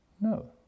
No